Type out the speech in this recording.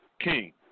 King